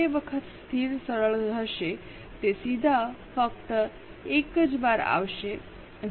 સ્થિર સરળ હશે તે સીધા ફક્ત એક જ વાર આવશે જ્યારે તે 1